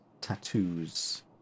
tattoos